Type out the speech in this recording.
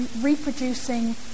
reproducing